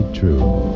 true